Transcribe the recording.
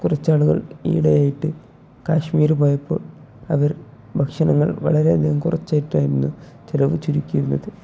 കുറച്ചാളുകൾ ഈടെയായിട്ട് കാശ്മീർ പോയപ്പോൾ അവർ ഭക്ഷണങ്ങൾ വളരെയധികം കുറച്ചായിട്ടായിരുന്നു ചിലവ് ചുരുക്കിയിരുന്നത്